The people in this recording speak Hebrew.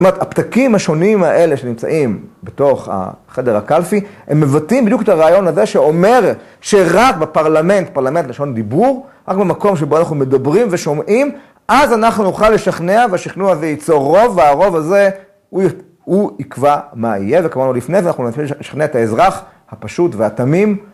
זאת אומרת, הפתקים השונים האלה שנמצאים בתוך החדר הקלפי, הם מבטאים בדיוק את הרעיון הזה שאומר שרק בפרלמנט, פרלמנט לשון דיבור, רק במקום שבו אנחנו מדברים ושומעים, אז אנחנו נוכל לשכנע והשכנוע הזה ייצור רוב, והרוב הזה, הוא יקבע מה יהיה. וכמובן לא לפני, ואנחנו נתחיל לשכנע את האזרח הפשוט והתמים.